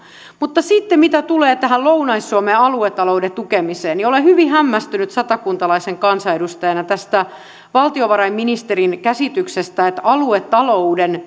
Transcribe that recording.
mutta mitä sitten tulee tähän lounais suomen aluetalouden tukemiseen niin olen hyvin hämmästynyt satakuntalaisena kansanedustajana tästä valtiovarainministerin käsityksestä että aluetalouden